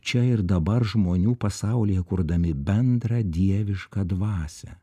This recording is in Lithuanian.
čia ir dabar žmonių pasaulyje kurdami bendrą dievišką dvasią